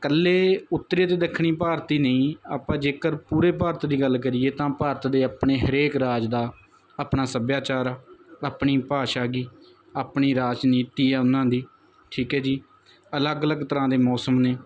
ਇਕੱਲੇ ਉੱਤਰੀ ਅਤੇ ਦੱਖਣੀ ਭਾਰਤ ਹੀ ਨਹੀਂ ਆਪਾਂ ਜੇਕਰ ਪੂਰੇ ਭਾਰਤ ਦੀ ਗੱਲ ਕਰੀਏ ਤਾਂ ਭਾਰਤ ਦੇ ਆਪਣੇ ਹਰੇਕ ਰਾਜ ਦਾ ਆਪਣਾ ਸੱਭਿਆਚਾਰ ਆ ਆਪਣੀ ਭਾਸ਼ਾ ਗੀ ਆਪਣੀ ਰਾਜਨੀਤੀ ਹੈ ਉਹਨਾਂ ਦੀ ਠੀਕ ਹੈ ਜੀ ਅਲੱਗ ਅਲੱਗ ਤਰ੍ਹਾਂ ਦੇ ਮੌਸਮ ਨੇ